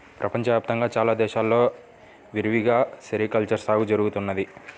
ప్రపంచ వ్యాప్తంగా చాలా దేశాల్లో విరివిగా సెరికల్చర్ సాగు జరుగుతున్నది